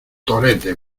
torete